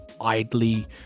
idly